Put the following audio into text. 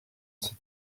sept